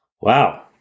Wow